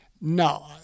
no